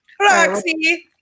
Roxy